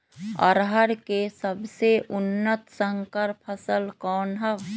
अरहर के सबसे उन्नत संकर फसल कौन हव?